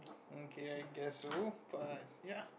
mm kay I guess so but ya